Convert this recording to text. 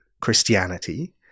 Christianity